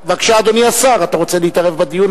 בבקשה, אדוני השר, אתה רוצה להתערב בדיון?